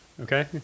okay